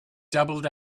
doubled